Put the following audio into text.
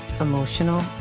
emotional